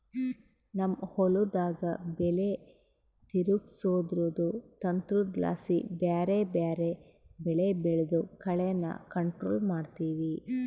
ನಮ್ ಹೊಲುದಾಗ ಬೆಲೆ ತಿರುಗ್ಸೋದ್ರುದು ತಂತ್ರುದ್ಲಾಸಿ ಬ್ಯಾರೆ ಬ್ಯಾರೆ ಬೆಳೆ ಬೆಳ್ದು ಕಳೇನ ಕಂಟ್ರೋಲ್ ಮಾಡ್ತಿವಿ